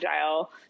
agile